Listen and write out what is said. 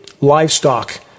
livestock